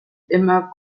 immer